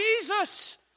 Jesus